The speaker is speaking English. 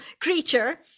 creature